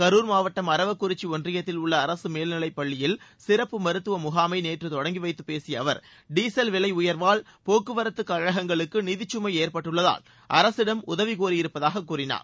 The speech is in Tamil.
கரூர் மாவட்டம் அரவக்குறிச்சி ஒன்றியத்தில் உள்ள அரசு மேல்நிலைப்பள்ளியில் சிறப்பு மருத்துவ முகாமை நேற்று தொடங்கி வைத்துப்பேசிய அவர் டீசல் விலை உயர்வால் போக்குவரத்துக் கழகங்களுக்கு நிதிச்சுமை ஏற்பட்டுள்ளதால் அரசிடம் உதவி கோரியிருப்பதாகக் கூறினார்